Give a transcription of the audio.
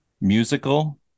musical